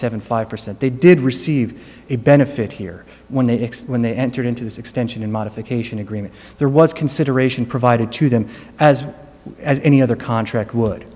seven five percent they did receive a benefit here when they when they entered into this extension in modification agreement there was consideration provided to them as as any other contract would